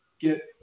get